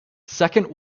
second